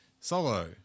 Solo